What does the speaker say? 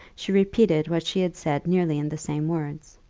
she repeated what she had said nearly in the same words.